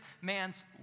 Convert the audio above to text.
man's